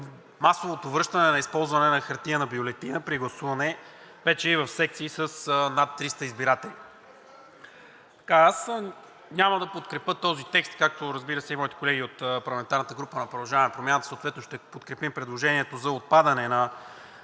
масовото връщане на използване на хартиена бюлетина при гласуване вече и в секции с над 300 избиратели. Аз няма да подкрепя този текст, както, разбира се, и моите колеги от парламентарната група на „Продължаваме Промяната“, съответно ще подкрепим предложението за отпадане на